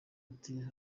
ati